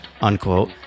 unquote